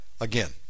again